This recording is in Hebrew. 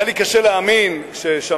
שהיה לי קשה להאמין כששמעתי,